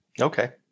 Okay